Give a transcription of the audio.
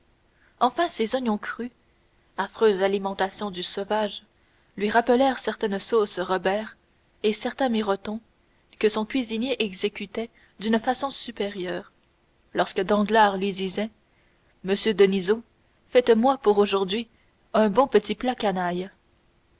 enfin ces oignons crus affreuse alimentation du sauvage lui rappelèrent certaines sauces robert et certains mirotons que son cuisinier exécutait d'une façon supérieure lorsque danglars lui disait monsieur deniseau faites-moi pour aujourd'hui un bon petit plat canaille